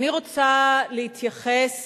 אני רוצה להתייחס